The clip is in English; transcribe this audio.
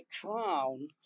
crown